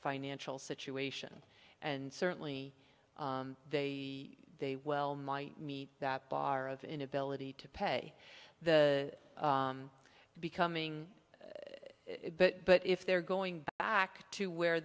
financial situation and certainly they they well might meet that bar of inability to pay the becoming but if they're going back to where